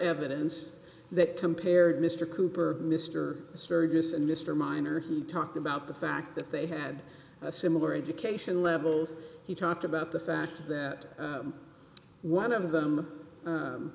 evidence that compared mr cooper mr sturgis and mr miner he talked about the fact that they had a similar education levels he talked about the fact that one of them